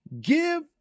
Give